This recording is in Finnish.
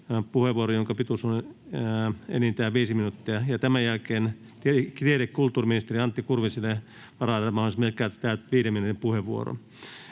puheenvuoro, jonka pituus on enintään viisi minuuttia, ja tämän jälkeen tiede- ja kulttuuriministeri Antti Kurviselle varataan mahdollisuus käyttää viiden minuutin puheenvuoro.